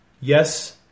Yes